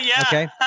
Okay